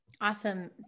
Awesome